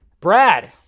Brad